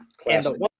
Classic